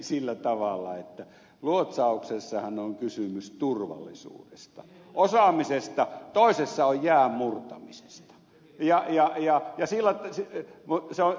sillä tavalla että luotsauksessahan on kysymys turvallisuudesta osaamisesta toisessa oikean muuttamisesta ja ohjaajia ja on kysymys jäänmurtamisesta